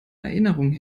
erinnerung